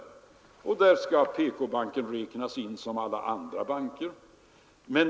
I detta sammanhang skall PK-banken ha samma ställning som alla andra banker.